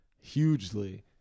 hugely